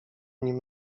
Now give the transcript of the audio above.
nim